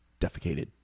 Defecated